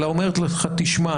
אלא אומרת לך: תשמע,